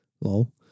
Lol